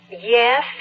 yes